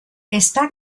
está